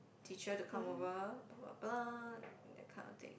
teacher to come over blah blah blah that kind of thing